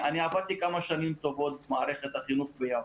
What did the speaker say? אני עבדתי כמה שנים טובות במערכת החינוך ביפו.